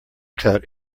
cut